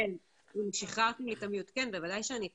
כן, בוודאי שאני אתכם.